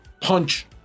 punch